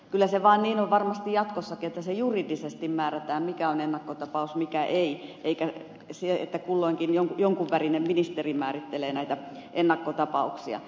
kyllä se vaan niin on varmasti jatkossakin että se juridisesti määrätään mikä on ennakkotapaus mikä ei eikä niin että kulloinkin jonkin värinen ministeri määrittelee näitä ennakkotapauksia